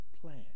plan